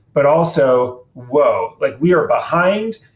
but also, whoa, like we are behind.